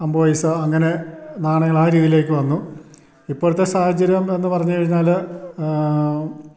അൻപത് പൈസ അങ്ങനെ നാണയങ്ങളാണ് രീതീലേക്ക് വന്നു ഇപ്പോഴത്തെ സാഹചര്യം എന്ന് പറഞ്ഞ് കഴിഞ്ഞാൽ